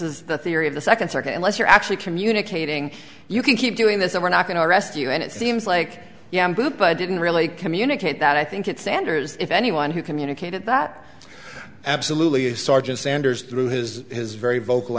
is the theory of the second circuit unless you're actually communicating you can keep doing this and we're not going to arrest you and it seems like yeah but i didn't really communicate that i think it sanders if anyone who communicated that absolutely sergeant sanders threw his his very vocal